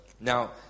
Now